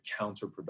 counterproductive